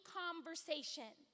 conversation